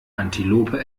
antilope